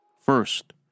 First